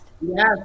Yes